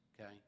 okay